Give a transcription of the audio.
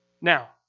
Now